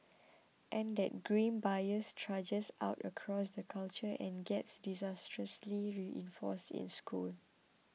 and that grim bias trudges out across the culture and gets disastrously reinforced in schools